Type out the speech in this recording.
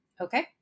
Okay